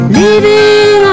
leaving